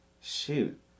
shoot